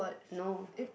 no